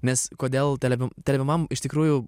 nes kodėl tele telebimbam iš tikrųjų